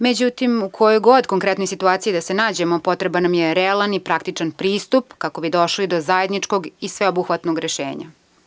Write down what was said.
Međutim, u kojoj god konkretnoj situaciji da se nađemo, potreban nam je realan i praktičan pristup kako bi došli do zajedničkog i sveobuhvatnog rešenja.